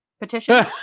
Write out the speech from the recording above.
petition